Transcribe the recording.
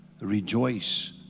Rejoice